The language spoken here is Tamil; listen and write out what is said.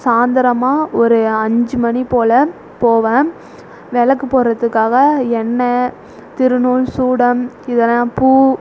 சாயந்தரமா ஒரு அஞ்சு மணி போல போவேன் விளக்கு போடறதுக்காக எண்ணெய் திருநூல் சூடம் இதெல்லாம் பூ